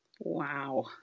wow